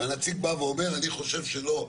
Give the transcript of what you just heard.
הנציג בא ואומר: אני חושב שלא,